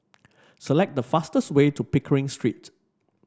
select the fastest way to Pickering Street